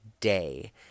day